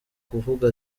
kuvuga